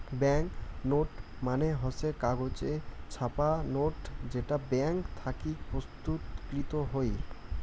bank note মানে হসে কাগজে ছাপা নোট যেটা ব্যাঙ্ক থাকি প্রস্তুতকৃত হই